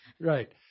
Right